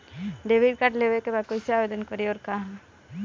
Debit card लेवे के बा कइसे आवेदन करी अउर कहाँ?